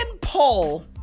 Paul